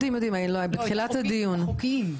הוא אמר בתחילת הדיון.